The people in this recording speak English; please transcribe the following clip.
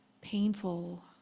painful